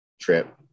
trip